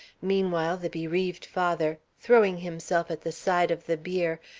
meanwhile the bereaved father, throwing himself at the side of the bier,